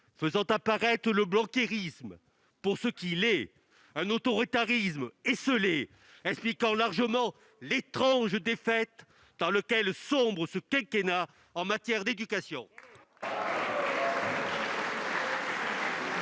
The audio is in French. finalement apparaître le « blanquerisme » pour ce qu'il est : un autoritarisme esseulé, expliquant largement « l'étrange défaite » dans laquelle sombre ce quinquennat en matière d'éducation